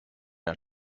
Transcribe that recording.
our